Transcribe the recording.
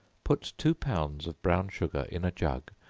put two pounds of brown sugar in a jug,